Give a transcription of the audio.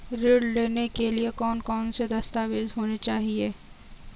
ऋण लेने के लिए कौन कौन से दस्तावेज होने चाहिए?